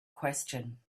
question